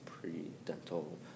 pre-dental